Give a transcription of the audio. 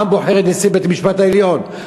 העם בוחר את נשיא בית-המשפט העליון.